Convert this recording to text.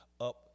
up